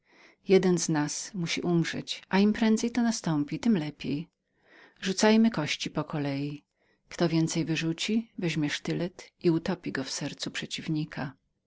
jeden z nas musi umrzeć a im prędzej to nastąpi tem lepiej rzucajmy kości po kolei kto więcej wyrzuci weźmie sztylet i utopi go w sercu przeciwnika